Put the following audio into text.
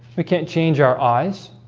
we can't change our eyes